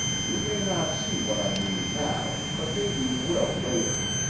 you may not see what i mean now, but maybe you will later.